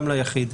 גם ליחיד,